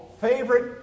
favorite